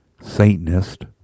Satanist